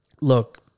Look